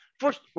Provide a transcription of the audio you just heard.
First